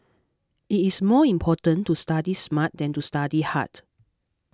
it is more important to study smart than to study hard